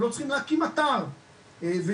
הם לא צריכים להקים אתר ושוב,